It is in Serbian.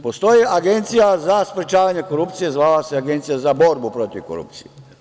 Postoji Agencija za sprečavanje korupcije, zvala se Agencija za borbu protiv korupcije.